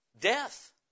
death